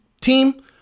team